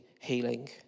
healing